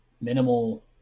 minimal